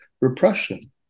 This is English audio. repression